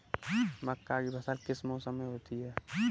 मक्का की फसल किस मौसम में होती है?